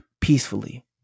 peacefully